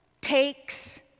takes